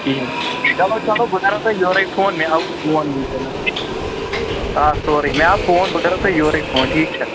کِہیٖنۍ چلو چلو بہٕ کرو تۄہہِ یورَے فون مےٚ آوٕ فون وٕنۍکٮ۪نَس آ سورُے مےٚ آو فون بہٕ کرو تۄہہِ یورَے فون ٹھیٖک چھا